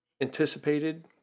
anticipated